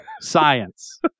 Science